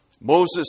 Moses